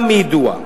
גם מיידוע,